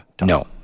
No